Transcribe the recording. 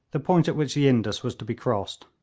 the point at which the indus was to be crossed,